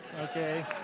Okay